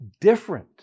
different